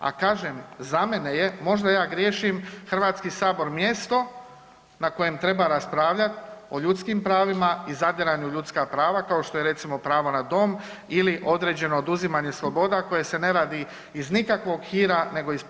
A kažem za mene je, možda ja griješim Hrvatski sabor mjesto na kojem treba raspravljati o ljudskim pravima i zadiranju u ljudska prava kao što je recimo pravo na dom ili određeno oduzimanje sloboda koje se ne radi iz nikakvog hira nego iz potrebe.